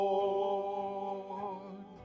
Lord